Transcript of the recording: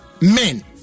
men